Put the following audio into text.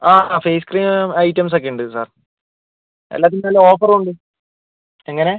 അ അതെ face cream ഐറ്റംസൊക്കെ ഉണ്ട് സർ എല്ലാത്തിനും നല്ല ഓഫറുണ്ട് എങ്ങനെ